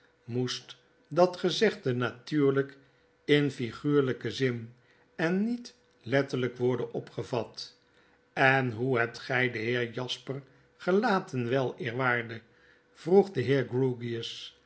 moest dat gezegde natuurlgkinfiguurlgkenzin en niet letterlgk worden opgevat en hoe hebt gg den heer jasper gelaten weleerwaarde vroeg de heer